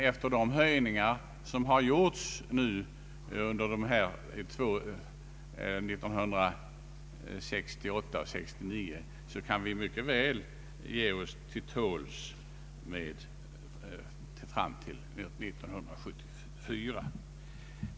Efter de höjningar som har gjorts 1968 och 1969 kan vi mycket väl ge oss till tåls fram till år 1974.